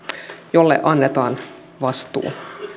joille annetaan vastuu